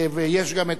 אינו נוכח כאן,